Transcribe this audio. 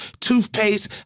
Toothpaste